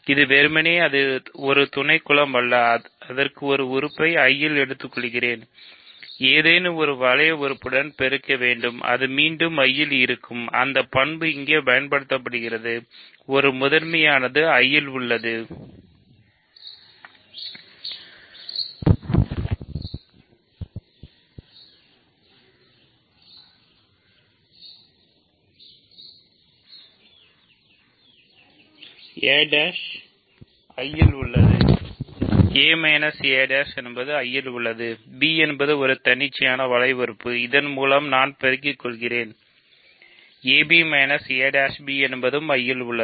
இது வெறுமனே ஒரு துணைக்குலம் அல்ல அதற்கு ஒரு உறுப்பை I ல் எடுத்துக்கொள்கிறேன் ஏதேனும் ஒரு வளைய உறுப்புடனும் பெருக்க வேண்டும் அது மீண்டும் I இல் இருக்கும் அந்த பண்பு இங்கே பயன்படுத்தப்படுகிறது a I இல் உள்ளது a a' என்பது I ல் உள்ளது b என்பது ஒரு தன்னிச்சையான வளைய உறுப்பு இதன் மூலம் நான் பெருக்கிக் கொள்கிறேன் ab a'b என்பதும் I இல் உள்ளது